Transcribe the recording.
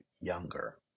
Younger